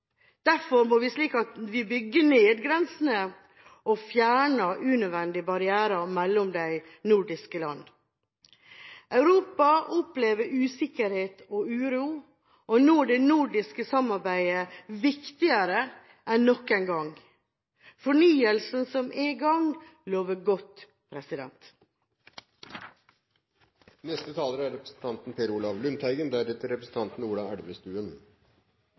vi bygger ned grenser og fjerner unødvendige barrierer mellom de nordiske land. Europa opplever usikkerhet og uro. Nå er det nordiske samarbeidet viktigere enn noen gang. Fornyelsen som er i gang, lover godt. For Senterpartiet er